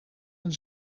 een